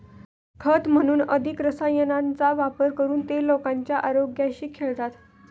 खत म्हणून अधिक रसायनांचा वापर करून ते लोकांच्या आरोग्याशी खेळतात